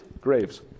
graves